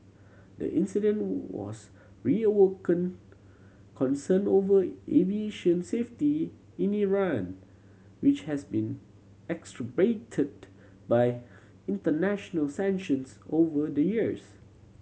the incident was reawakened concern over aviation safety in Iran which has been exacerbated by international sanctions over the years